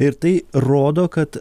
ir tai rodo kad